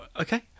Okay